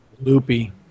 loopy